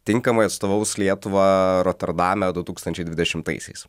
tinkamai atstovaus lietuvą roterdame du tūkstančiai dvidešimtaisiais